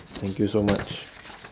thank you so much